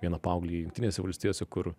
vieną paauglį jungtinėse valstijose kur